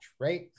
right